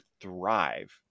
thrive